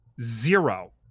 zero